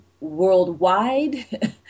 worldwide